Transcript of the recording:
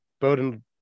Bowden